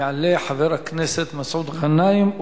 יעלה חבר הכנסת מסעוד גנאים,